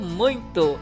muito